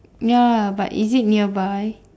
ya but is it nearby